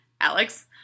Alex